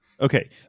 Okay